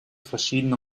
verschiedene